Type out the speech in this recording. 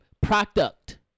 product